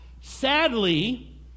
sadly